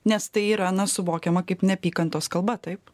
nes tai yra na suvokiama kaip neapykantos kalba taip